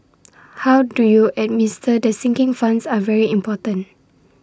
how do you administer the sinking funds are very important